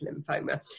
lymphoma